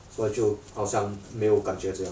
所以就好像没有感觉这样